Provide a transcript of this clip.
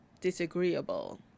disagreeable